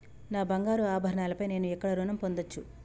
నా బంగారు ఆభరణాలపై నేను ఎక్కడ రుణం పొందచ్చు?